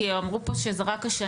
כי אמרו כאן שזה רק השנה.